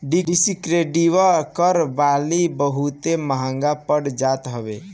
descriptive कर बाकी बहुते महंग पड़ जात हवे